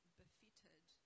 befitted